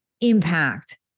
impact